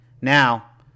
Now